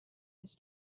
his